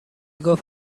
گفت